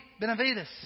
Benavides